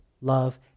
love